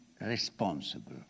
responsible